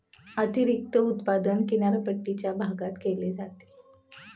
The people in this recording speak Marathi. अतिरिक्त उत्पादन किनारपट्टीच्या भागात केले जाते